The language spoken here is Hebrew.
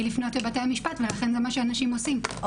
לפנות לבתי המשפט ולכן זה מה שאנשים עושים,